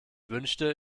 wünschte